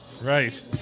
Right